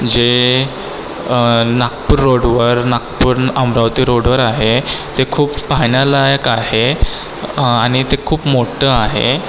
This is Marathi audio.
जे नागपूर रोडवर नागपूर अमरावती रोडवर आहे ते खूप पाहण्यालायक आहे आणि ते खूप मोठं आहे